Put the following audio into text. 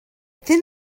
thin